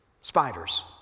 Spiders